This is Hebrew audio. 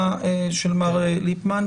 מר ליפמן.